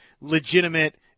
legitimate